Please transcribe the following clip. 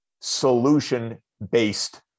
solution-based